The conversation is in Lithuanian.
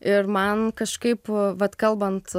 ir man kažkaip vat kalbant